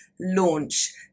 launch